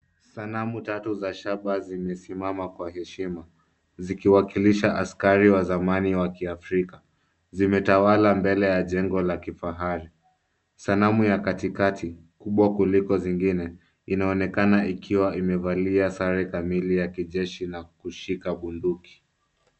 Sanamu tatu za shaba zimesimama kwa heshima zikiwakilisha skari wa zamani wa kiafrika. Zimetawala mbele ya jengo la kifahari, sanamu ya katikati kubwa kuliko zingine inaonekana ikiwa imevalia sare kamili ya kijeshi na kushika bunduki.